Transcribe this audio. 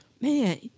man